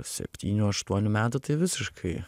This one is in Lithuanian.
septynių aštuonių metų tai visiškai